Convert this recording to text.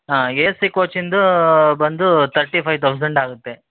ಹಾಂ ಎಸಿ ಕೋಚಿಂದೂ ಬಂದು ತರ್ಟಿ ಫೈವ್ ತೌಝಂಡ್ ಆಗುತ್ತೆ